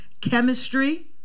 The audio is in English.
chemistry